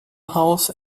house